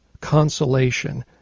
consolation